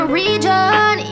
region